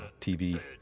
TV